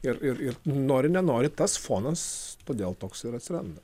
ir ir ir nori nenori tas fonas todėl toks ir atsiranda